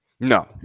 no